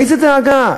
איזו דאגה?